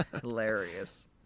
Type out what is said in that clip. Hilarious